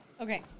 okay